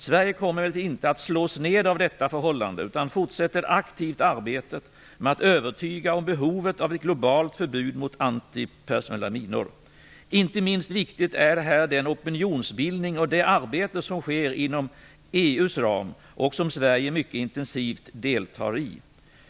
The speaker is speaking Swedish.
Sverige kommer emellertid inte att slås ned av detta förhållande utan fortsätter aktivt arbetet med att övertyga om behovet av ett globalt förbud mot antipersonella minor. Inte minst viktigt är här den opinionsbildning och det arbete som sker inom EU:s ram och som Sverige mycket intensivt deltar i.